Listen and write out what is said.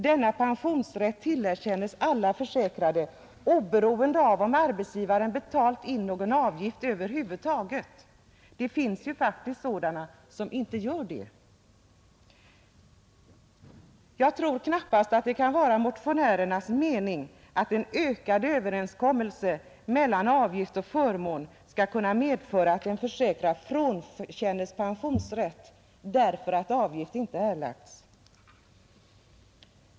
Denna pensionsrätt tillerkännes alla försäkrade, oberoende av om arbetsgivaren betalat in någon avgift över huvud taget; det finns faktiskt sådana som inte gör det. Jag tror knappast att det kan vara motionärernas mening att en ökad överensstämmelse mellan avgift och förmån skall kunna medföra att en försäkrad frånkännes pensionsrätt därför att avgift inte erlagts.